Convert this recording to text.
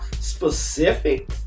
specific